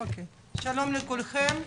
שלום לכולם,